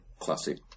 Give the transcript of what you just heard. Classic